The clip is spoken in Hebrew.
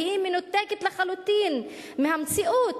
היא מנותקת לחלוטין מהמציאות.